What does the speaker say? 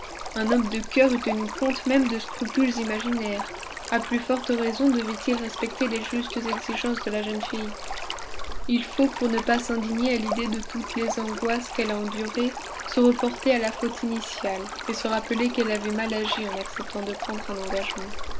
un homme de cœur eût tenu compte même de scrupules imaginaires à plus forte raison devait-il respecter les justes exigences de la jeune fille il faut pour ne pas s'indigner à l'idée de toutes les angoisses qu'elle a endurées se reporter à la faute initiale et se rappeler qu'elle avait mal agi en acceptant de prendre un engagement